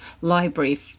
library